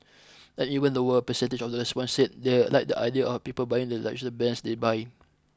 an even lower percentage of respondents said they like the idea of people buying the luxury brands they buy